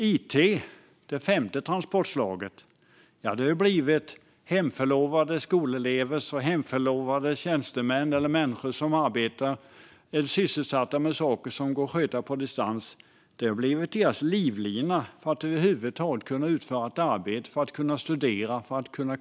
It, det femte transportslaget, har blivit hemförlovade skolelevers, hemförlovade tjänstemäns och distansarbetande människors livlina för att kunna utföra ett arbete, studera och kommunicera.